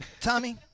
Tommy